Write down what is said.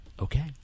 Okay